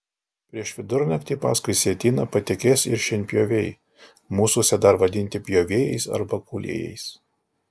prieš vidurnaktį paskui sietyną patekės ir šienpjoviai mūsuose dar vadinti pjovėjais arba kūlėjais